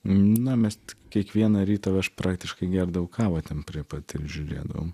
na mes tai kiekvieną rytą aš praktiškai gerdavau kavą ten prie pat ir žiūrėdavau